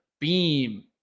Beam